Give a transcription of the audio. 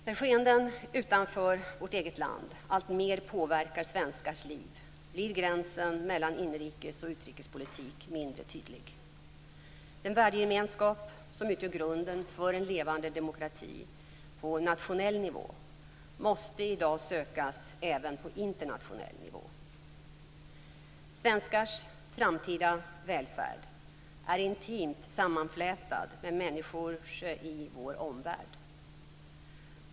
När skeenden utanför vårt eget land alltmer påverkar svenskars liv blir gränsen mellan inrikes och utrikespolitik mindre tydlig. Den värdegemenskap som utgör grunden för en levande demokrati på nationell nivå måste i dag sökas även på internationell nivå. Svenskars framtida välfärd är intimt sammanflätad med människors i vår omvärld.